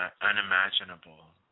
unimaginable